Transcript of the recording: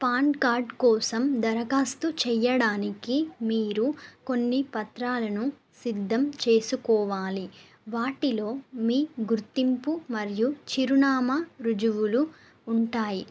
pan card కోసం దరఖాస్తు చెయ్యడానికి మీరు కొన్ని పత్రాలను సిద్ధం చేసుకోవాలి వాటిలో మీ గుర్తింపు మరియు చిరునామా రుజువులు ఉంటాయి